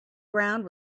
ground